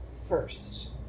first